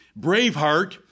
Braveheart